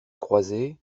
croisées